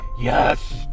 Yes